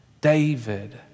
David